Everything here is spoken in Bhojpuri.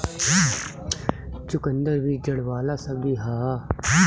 चुकंदर भी जड़ वाला सब्जी हअ